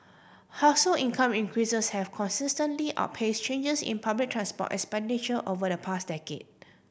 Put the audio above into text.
household income increases have consistently outpace changes in public transport expenditure over the past decade